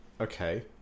Okay